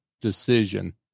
decision